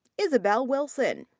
isabel wilson.